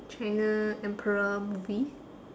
china emperor movie